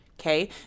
okay